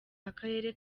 akarere